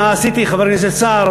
מה עשיתי, חבר הכנסת סער?